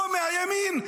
לא מהימין,